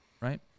Right